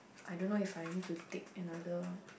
I don't know if I need to take another